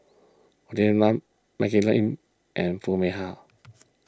Olivia Lum Maggie Lim and Foo Mee Har